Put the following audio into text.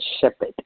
shepherd